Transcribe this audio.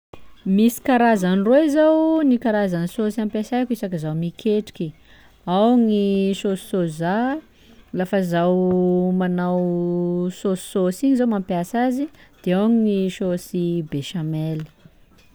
Misy karazany roy zô ny karazany saosy ampiasaiko isaky zaho miketriky: ao gny saosy sôza, lafa zaho manao saosisaosy igny zô mampiasa azy, de ao gny saosy be chamelle.